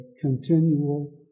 continual